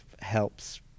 helps